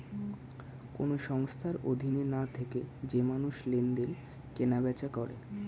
কোন সংস্থার অধীনে না থেকে যে মানুষ লেনদেন, কেনা বেচা করে